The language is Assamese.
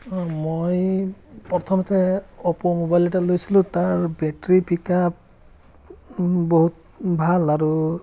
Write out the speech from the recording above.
মই প্ৰথমতে অপ' মোবাইল এটা লৈছিলো তাৰ বেট্ৰী পিকআপ বহুত ভাল আৰু